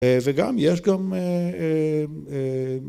וגם, יש גם...